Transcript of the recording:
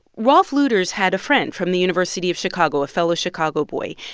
rolf luders had a friend from the university of chicago, a fellow chicago boy.